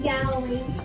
Galilee